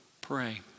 pray